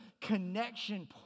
connection